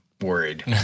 worried